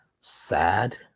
sad